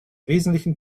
wesentlichen